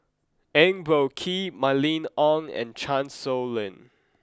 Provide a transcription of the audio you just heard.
Eng Boh Kee Mylene Ong and Chan Sow Lin